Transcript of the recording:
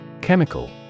Chemical